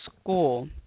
school